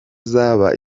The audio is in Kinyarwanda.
zaba